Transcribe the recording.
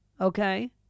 okay